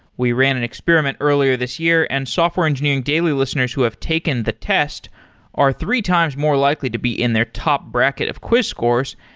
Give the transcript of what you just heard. we ran an experiment earlier this year and software engineering daily listeners who have taken the test are three times more likely to be in their top bracket of quiz scores.